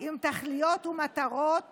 עם התכליות והמטרות